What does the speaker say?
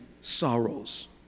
sorrows